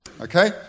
Okay